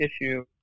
issue